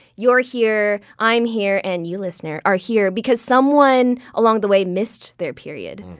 you're here, i'm here, and you, listener, are here because someone along the way missed their period.